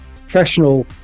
Professional